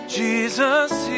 Jesus